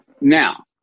Now